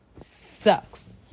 sucks